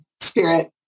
Spirit